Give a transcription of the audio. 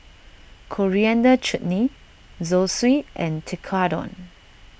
Coriander Chutney Zosui and Tekkadon